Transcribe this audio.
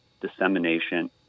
dissemination